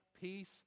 peace